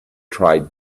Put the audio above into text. tried